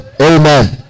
Amen